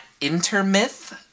intermyth